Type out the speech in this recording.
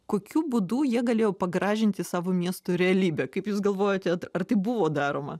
kokiu būdu jie galėjo pagražinti savo miestų realybę kaip jūs galvojate ar tai buvo daroma